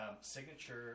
Signature